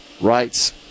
rights